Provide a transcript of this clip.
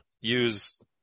use